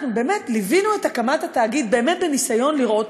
ליווינו את הקמת התאגיד באמת בניסיון לראות